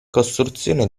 costruzione